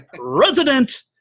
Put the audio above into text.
president